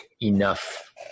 enough